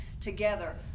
together